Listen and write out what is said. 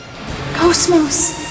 Cosmos